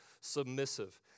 submissive